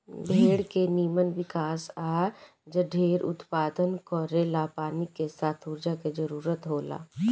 भेड़ के निमन विकास आ जढेर उत्पादन करेला पानी के साथ ऊर्जा के जरूरत होला